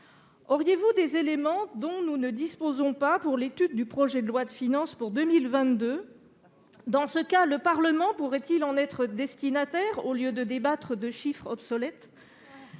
Disposeriez-vous d'éléments que nous ignorons pour l'étude du projet de loi de finances pour 2022 ? Dans ce cas, le Parlement pourrait-il en être destinataire, au lieu de débattre de chiffres obsolètes ?